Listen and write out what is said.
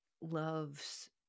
love's